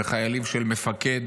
וחיילים של מפקד